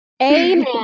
Amen